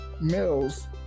mills